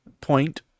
point